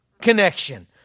connection